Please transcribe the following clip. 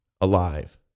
alive